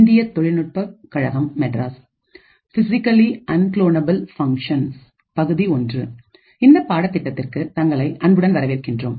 இந்த பாடத் திட்டத்திற்கு தங்களை அன்புடன் வரவேற்கின்றோம்